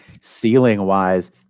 ceiling-wise